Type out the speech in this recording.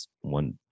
one